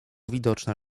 widoczne